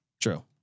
True